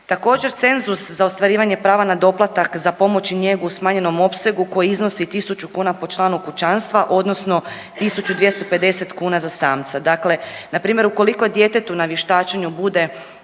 Također, cenzus za ostvarivanje prava na doplatak za pomoć i njegu u smanjenom opsegu koji iznosi 1000 kuna po članu kućanstva, odnosno 1250 kuna za samca. Dakle, npr. ukoliko djetetu na vještačenju bude